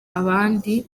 ahandi